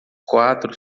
quatro